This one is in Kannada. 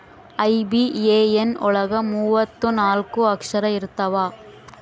ಐ.ಬಿ.ಎ.ಎನ್ ಒಳಗ ಮೂವತ್ತು ನಾಲ್ಕ ಅಕ್ಷರ ಇರ್ತವಾ